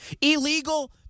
illegal